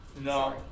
No